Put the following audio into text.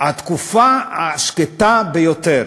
"התקופה השקטה ביותר".